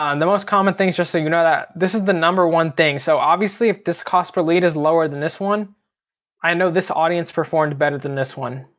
um the most common things just so you know that, this is the number one thing. so obviously if this cost per lead is lower than this one i know this audience performed better than this one.